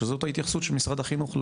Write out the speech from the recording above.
שזאת ההתייחסות של משרד החינוך,